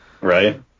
Right